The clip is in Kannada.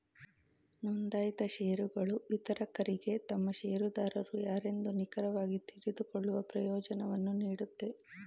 ನೊಂದಾಯಿತ ಶೇರುಗಳು ವಿತರಕರಿಗೆ ತಮ್ಮ ಶೇರುದಾರರು ಯಾರೆಂದು ನಿಖರವಾಗಿ ತಿಳಿದುಕೊಳ್ಳುವ ಪ್ರಯೋಜ್ನವನ್ನು ನೀಡುತ್ತೆ